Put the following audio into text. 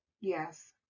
Yes